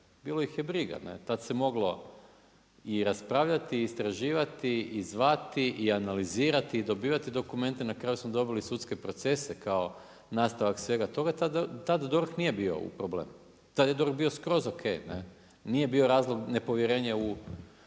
Bilo ih je briga, ne. Tada se moglo i raspravljati i istraživati i zvati i analizirati i dobivati dokumente. Na kraju, smo dobili sudske procese kao nastavak svega toga. Tada DORH nije bio u problemu. Tada je DORH bio skroz ok, ne. Nije bio razlog nepovjerenja u